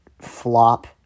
flop